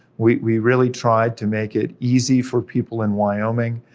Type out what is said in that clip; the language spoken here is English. we really tried to make it easy for people in wyoming,